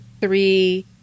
three